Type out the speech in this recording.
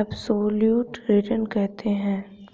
absolute return कहा जाता है